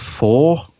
four